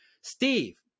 Steve